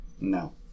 No